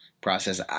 process